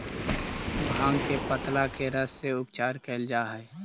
भाँग के पतत्ता के रस से उपचार कैल जा हइ